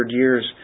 years